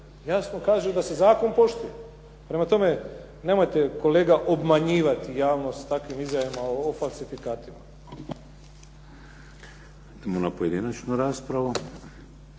Jasno kaže da se zakon poštuje. Prema tome, nemojte kolega obmanjivati javnost takvim izjavama o falsifikatima.